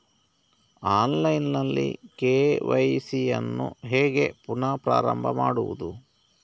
Online ನಲ್ಲಿ KYC ಯನ್ನು ಹೇಗೆ ಪುನಃ ಪ್ರಾರಂಭ ಮಾಡುವುದು?